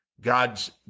God's